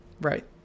Right